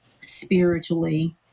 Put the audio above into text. spiritually